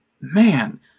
man